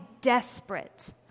desperate